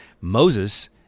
Moses